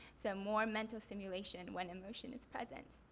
so more mental simulation when emotion is present.